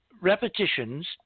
repetitions